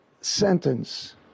sentence